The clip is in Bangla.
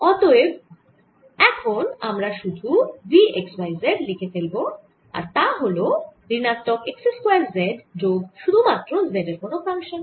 অতএব এখান আমরা শুধু V x y z লিখে ফেলব আর তা হল ঋণাত্মক x স্কয়ার z যোগ শুধু মাত্র z এর কোন ফাংশান